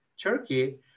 Turkey